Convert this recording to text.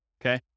Okay